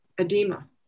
edema